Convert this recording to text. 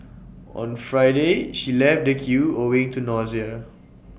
on Friday she left the queue owing to nausea